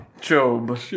Job